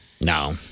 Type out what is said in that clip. No